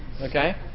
Okay